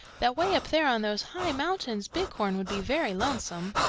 that way up there on those high mountains bighorn would be very lonesome.